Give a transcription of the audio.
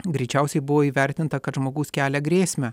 greičiausiai buvo įvertinta kad žmogus kelia grėsmę